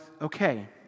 okay